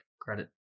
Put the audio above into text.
credit